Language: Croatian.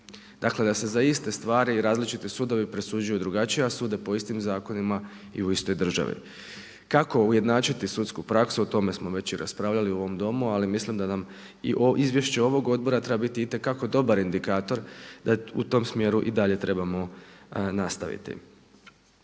Dakle, da se za iste stvari različiti sudovi presuđuju drugačije, a sude po istim zakonima i u istoj državi. Kako ujednačiti sudsku praksu o tome smo već i raspravljali u ovom Domu. Ali mislim da nam i izvješće ovog odbora treba biti itekako dobar indikator, da u tom smjeru i dalje trebamo nastaviti.